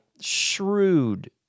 shrewd